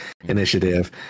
Initiative